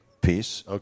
piece